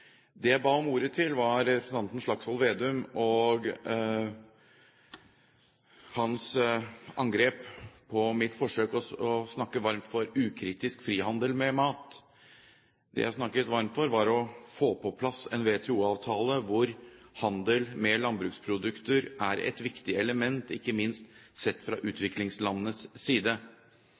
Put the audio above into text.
Det jeg ba om ordet til, var representanten Slagsvold Vedums angrep på mitt forsøk på å snakke varmt for ukritisk frihandel med mat. Det jeg snakket varmt for, var å få på plass en WTO-avtale, hvor handel med landbruksprodukter er et viktig element, ikke minst sett fra utviklingslandenes side.